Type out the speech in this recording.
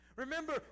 Remember